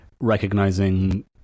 recognizing